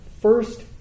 first